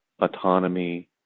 autonomy